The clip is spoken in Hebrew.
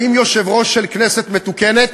האם יושב-ראש של כנסת מתוקנת,